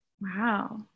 Wow